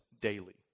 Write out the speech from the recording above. daily